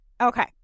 Okay